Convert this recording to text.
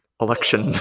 election